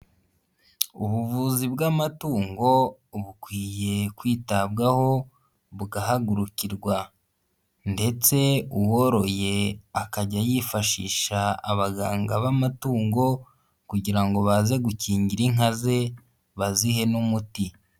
Ubuvuzi bw'amatungo bukwiye kwitabwaho bugahagurukirwa ndetse uworoye akajya yifashisha abaganga b'amatungo kugira ngo baze gukingira inka ze bazihe n'umuti.